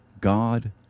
God